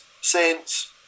Saints